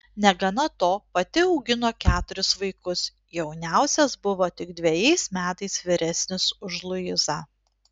negana to pati augino keturis vaikus jauniausias buvo tik dvejais metais vyresnis už luizą